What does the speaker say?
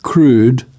Crude